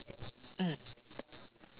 mm